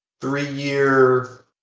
three-year